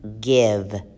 give